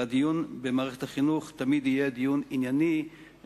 והדיון במערכת החינוך תמיד יהיה דיון ענייני